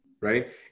right